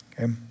Okay